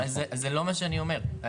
לא, זה לא מה שאני אומר.